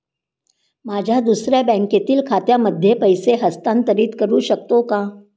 माझ्या दुसऱ्या बँकेतील खात्यामध्ये पैसे हस्तांतरित करू शकतो का?